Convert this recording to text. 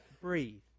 breathe